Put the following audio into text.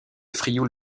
frioul